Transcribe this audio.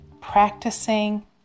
practicing